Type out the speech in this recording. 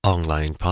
Online